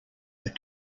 but